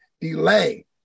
delay